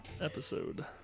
episode